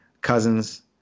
cousins